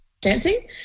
dancing